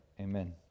amen